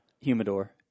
Humidor